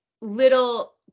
little